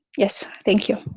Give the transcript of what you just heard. yes thank you.